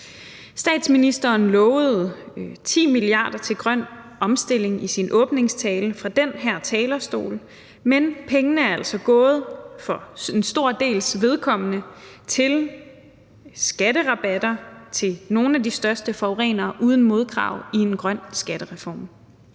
Statsministeren lovede 10 mia. kr. til grøn omstilling i sin åbningstale fra den her talerstol, men pengene er altså for en stor dels vedkommende gået til skatterabatter til nogle af de største forurenere uden modkrav i en grøn skattereform.